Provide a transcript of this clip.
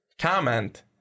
comment